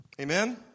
Amen